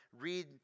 read